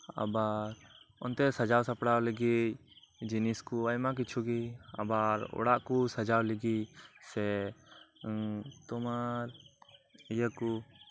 ᱟᱵᱟᱨ ᱚᱱᱛᱮ ᱥᱟᱡᱟᱣ ᱥᱟᱯᱲᱟᱣ ᱞᱟᱹᱜᱤᱫ ᱡᱤᱱᱤᱥ ᱠᱚ ᱟᱭᱢᱟ ᱠᱤᱪᱷᱩᱜᱮ ᱟᱵᱟᱨ ᱚᱲᱟᱜ ᱠᱚ ᱥᱟᱡᱟᱣ ᱞᱟᱹᱜᱤᱫ ᱥᱮ ᱛᱚᱢᱟᱨ ᱤᱭᱟᱹᱠᱚ